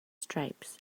stripes